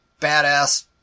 badass